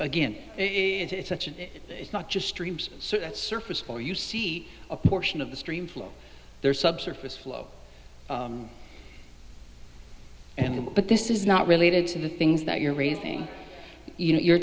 again it's such a it's not just streams that surface for you see a portion of the stream flow there's subsurface flow and but this is not related to the things that you're raising you know you're